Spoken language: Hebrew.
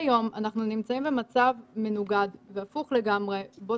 כיום אנחנו נמצאים במצב מנוגד והפוך לגמרי שבו